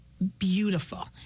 beautiful